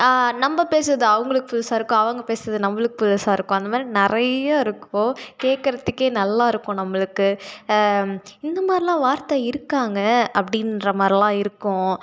நம்ம பேசுகிறது அவங்களுக்குப் புதுசாக இருக்கும் அவங்க பேசுகிறது நம்மளுக்குப் புதுசாக இருக்கும் அந்த மாதிரி நிறையா இருக்கும் கேட்கறதுக்கே நல்லா இருக்கும் நம்மளுக்கு இந்த மாதிரிலாம் வார்த்தை இருக்காங்க அப்படின்ற மாதிரிலாம் இருக்கும்